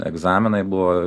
egzaminai buvo